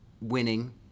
winning